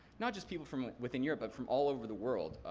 not just people from within europe, but from all over the world,